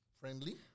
friendly